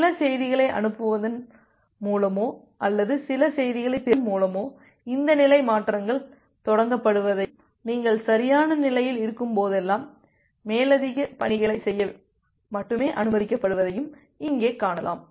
சில செய்திகளை அனுப்புவதன் மூலமோ அல்லது சில செய்திகளைப் பெறுவதன் மூலமோ இந்த நிலை மாற்றங்கள் தொடங்கப்படுவதையும் நீங்கள் சரியான நிலையில் இருக்கும்போதெல்லாம் மேலதிக பணிகளைச் செய்ய மட்டுமே அனுமதிக்கப்படுவதையும் இங்கே காணலாம்